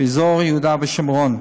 באזור יהודה ושומרון.